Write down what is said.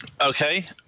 Okay